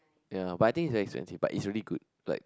ya but I think it's very expensive but it's really good like